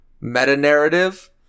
meta-narrative